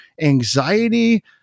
anxiety